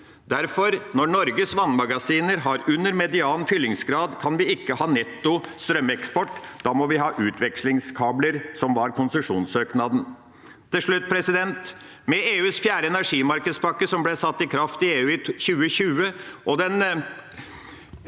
Derfor, når Norges vannmagasiner har under median fyllingsgrad, kan vi ikke ha netto strømeksport. Da må vi ha utvekslingskabler, som var konsesjonssøknaden. Til slutt: Med EUs fjerde energimarkedspakke, som ble satt i kraft i EU i 2020, og Den